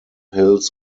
hills